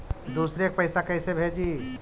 दुसरे के पैसा कैसे भेजी?